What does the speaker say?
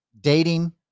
dating